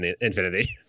infinity